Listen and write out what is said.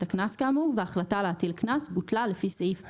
הקנס כאמור וההחלטה להטיל קנס בוטלה לפי סעיף 8(ב)